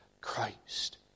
Christ